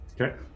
Okay